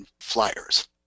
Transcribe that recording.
flyers